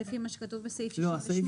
לפי מה שכתוב בסעיף 68?